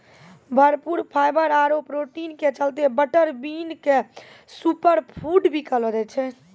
भरपूर फाइवर आरो प्रोटीन के चलतॅ बटर बीन क सूपर फूड भी कहलो जाय छै